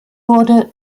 wurde